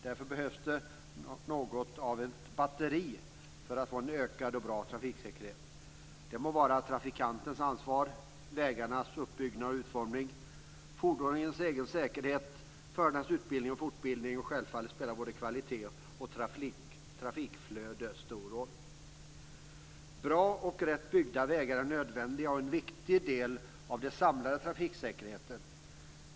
Därför behövs det något av ett "batteri" för att få en ökad och bra trafiksäkerhet. Det må gälla trafikantens ansvar, vägarnas uppbyggnad och utformning liksom fordonens egen säkerhet och förarnas utbildning och fortbildning. Självfallet spelar också både kvalitet och trafikflöde en stor roll. Bra och rätt byggda vägar är nödvändiga och en viktig del av den samlade trafiksäkerheten.